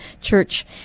Church